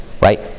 right